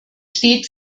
steht